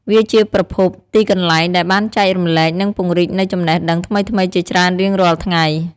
វាជាប្រភពទីកន្លែងដែលបានចែករំលែកនិងពង្រីកនូវចំណេះដឹងថ្មីៗជាច្រើនរៀងរាល់ថ្ងៃ។